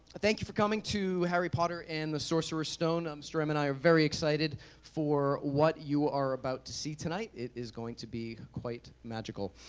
thank you for coming to harry potter and the sorcerer's stone. mr. rem and i are very excited for what you are about to see tonight. it is going to be quite magical.